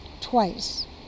twice